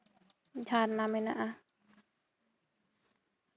ᱡᱷᱟᱨᱱᱟ ᱢᱮᱱᱟᱜᱼᱟ